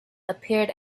appeared